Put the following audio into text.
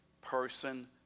person